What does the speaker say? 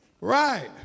Right